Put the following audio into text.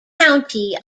county